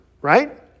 right